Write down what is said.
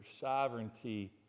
sovereignty